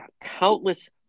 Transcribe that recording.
countless